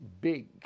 big